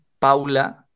Paula